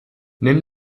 nimm